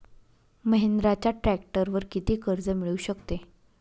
महिंद्राच्या ट्रॅक्टरवर किती कर्ज मिळू शकते?